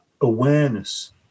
awareness